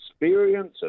experience